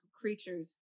creatures